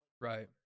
Right